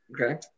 Okay